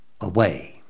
away